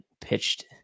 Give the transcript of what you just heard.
pitched